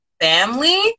family